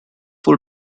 full